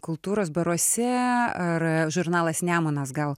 kultūros baruose ar žurnalas nemunas gal